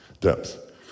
Depth